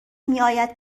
میاید